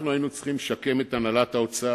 אנחנו היינו צריכים לשקם את הנהלת האוצר,